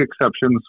exceptions